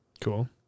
Cool